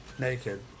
naked